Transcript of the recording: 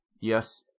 Yes